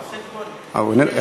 מר שטבון, הוא איננו?